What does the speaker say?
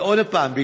אבל עוד פעם,